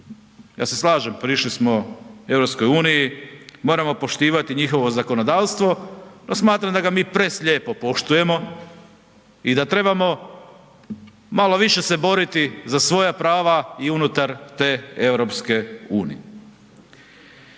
Ja se slažem, prišli smo EU, moramo poštivati njihovo zakonodavstvo, no smatram da ga mi preslijepo poštujemo i da trebamo malo više se boriti za svoja prava i unutar te EU.